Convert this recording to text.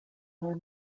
are